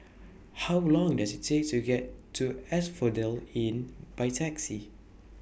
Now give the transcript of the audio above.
How Long Does IT Take to get to Asphodel Inn By Taxi